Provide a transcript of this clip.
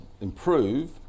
improve